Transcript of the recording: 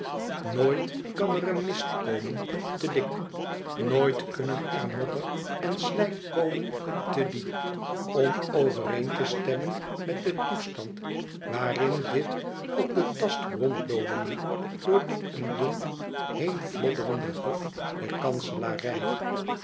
nooit kan er een mist komen te dik nooit kunnen er modder en slijk komen te diep om overeen te stemmen met den toestand waarin dit op den tast ronddolende door dik en dun heen flodderende hof der kanselarij